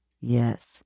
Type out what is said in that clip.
Yes